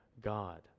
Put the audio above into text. God